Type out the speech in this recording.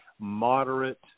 moderate